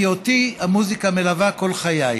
כי אותי המוזיקה מלווה כל חיי.